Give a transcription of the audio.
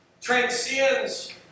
transcends